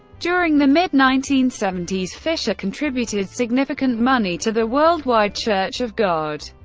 during the mid nineteen seventy s fischer contributed significant money to the worldwide church of god.